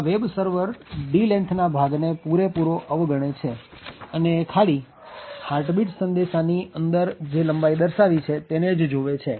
આ web server d lengthના ભાગને પૂરે પૂરો અવગણે છે અને ખાલી હાર્ટબીટ સંદેશાની અંદર જે લંબાઈ દર્શાવી છે તેને જ જોવે છે